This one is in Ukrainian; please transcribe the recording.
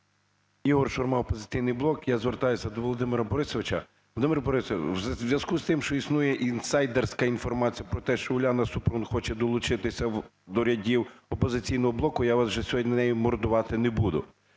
ІгорШурма, "Опозиційний блок". Я звертаюся до Володимира Борисовича. Володимире Борисовичу, у зв'язку з тим, що існує інсайдерська інформація про те, що Уляна Супрун хоче долучитися до рядів "Опозиційного блоку", я вас вже сьогодні нею мордувати не буду,